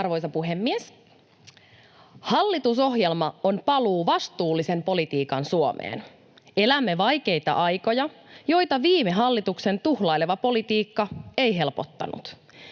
Arvoisa puhemies! Hallitusohjelma on paluu vastuullisen politiikan Suomeen. Elämme vaikeita aikoja, joita viime hallituksen tuhlaileva politiikka ei helpottanut.